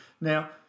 Now